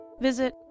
visit